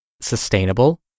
sustainable